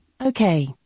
okay